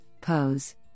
pose